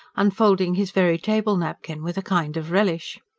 unfolding his very table-napkin with a kind of relish.